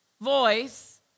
voice